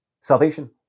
Salvation